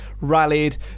rallied